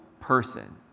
person